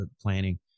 planning